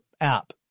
app